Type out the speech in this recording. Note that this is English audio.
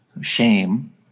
Shame